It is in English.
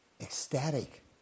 ecstatic